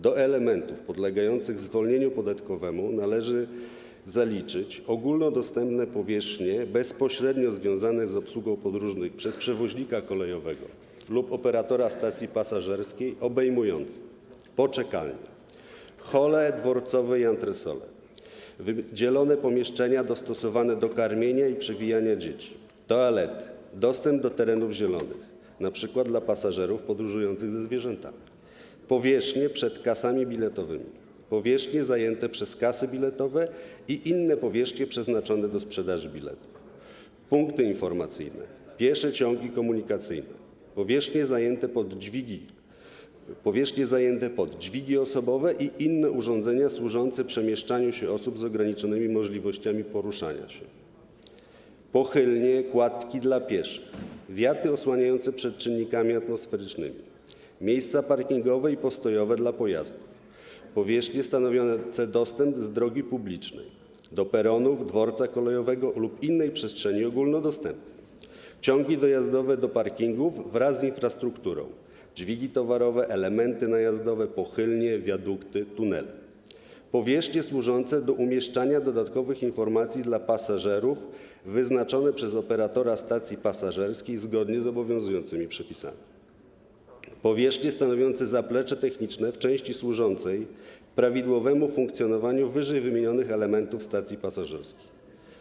Do elementów podlegających zwolnieniu podatkowemu należy zaliczyć ogólnodostępne powierzchnie bezpośrednio związane z obsługą podróżnych przez przewoźnika kolejowego lub operatora stacji pasażerskiej obejmujące: poczekalnie, hole dworcowe i antresole, wydzielone pomieszczenia dostosowane do karmienia i przewijania dzieci, toalety, dostęp do terenów zielonych, np. dla pasażerów podróżujących ze zwierzętami, powierzchnie przed kasami biletowymi, powierzchnie zajęte przez kasy biletowe i inne powierzchnie przeznaczone do sprzedaży biletów, punkty informacyjne, piesze ciągi komunikacyjne, powierzchnie zajęte pod dźwigi osobowe i inne urządzenia służące przemieszczaniu się osób z ograniczonymi możliwościami poruszania się, pochylnie, kładki dla pieszych, wiaty osłaniające przed czynnikami atmosferycznymi, miejsca parkingowe i postojowe dla pojazdów, powierzchnie stanowiące dostęp z drogi publicznej do peronów, dworca kolejowego lub innej przestrzeni ogólnodostępnej, ciągi dojazdowe do parkingów wraz z infrastrukturą - dźwigi towarowe, elementy najazdowe, pochylnie, wiadukty, tunele - powierzchnie służące do umieszczania dodatkowych informacji dla pasażerów wyznaczone przez operatora stacji pasażerskiej zgodnie z obowiązującymi przepisami, powierzchnie stanowiące zaplecze techniczne w części służącej prawidłowemu funkcjonowaniu ww. elementów stacji pasażerskich.